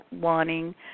wanting